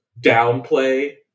downplay